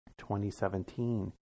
2017